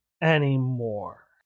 anymore